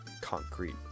concrete